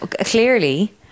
clearly